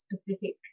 specific